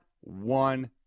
one